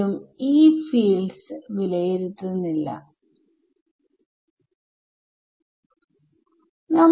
നമ്മൾ ഈ സൊല്യൂഷൻ തിരഞ്ഞെടുക്കാൻ കാരണം ഇത് പലതരം സൊല്യൂഷൻസ് പിടിച്ചെടുക്കുന്നു എന്നതാണ്